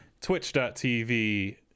twitch.tv